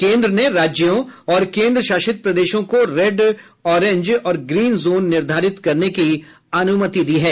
केन्द्र ने राज्यों और केन्द्रशासित प्रदेशों को रेड ऑरेंज और ग्रीन जोन निर्धारित करने की अनुमति दी है